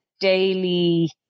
daily